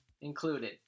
included